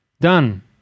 Done